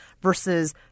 versus